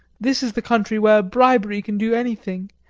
this is the country where bribery can do anything,